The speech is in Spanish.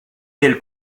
del